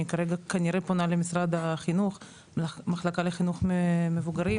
אני כרגע פונה למשרד החינוך למחלקה לחינוך מבוגרים.